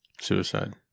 Suicide